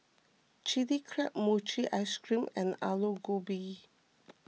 Chilli Crab Mochi Ice Cream and Aloo Gobi